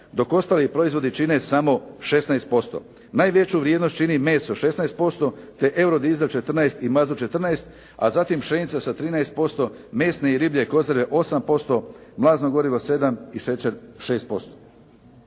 dok ostali proizvodi čine samo 16%. Najveću vrijednost čini meso 16% te eurodiesel 14 i mazut 14 a zatim pšenica sa 13%, mesne i riblje konzerve 8%, mlazno gorivo 7 i šećer 6%.